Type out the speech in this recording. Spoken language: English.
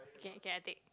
okay okay I take